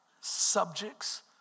subjects